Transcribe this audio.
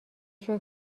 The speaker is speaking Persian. شکر